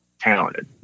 talented